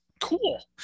Cool